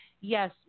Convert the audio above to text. Yes